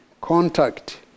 contact